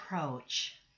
approach